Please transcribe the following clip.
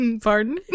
pardon